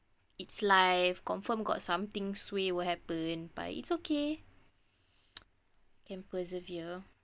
it's life confirm got something suay will happen but it's okay can persevere